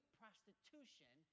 prostitution